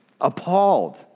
Appalled